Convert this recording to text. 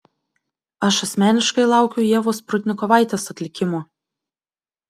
aš asmeniškai laukiu ievos prudnikovaitės atlikimo